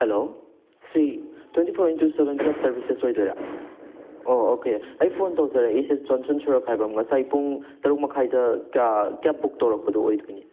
hello ꯁꯤ twenty four into seven cab services ꯑꯣꯏꯗꯣꯏꯔꯥ ꯑꯣ ꯑꯣꯀꯦ ꯑꯩ ꯐꯣꯟ ꯇꯧꯖꯔꯛꯏꯁꯦ ꯖꯣꯟꯁꯟ ꯁꯣꯔꯣꯛꯈꯥꯏꯕꯝ ꯉꯁꯥꯏ ꯄꯨꯡ ꯇꯔꯨꯛ ꯃꯈꯥꯏꯗ ꯀꯦꯞ ꯕꯨꯛ ꯇꯧꯔꯛꯄꯗꯣ ꯑꯣꯏꯗꯣꯏꯅꯤ